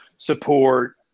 support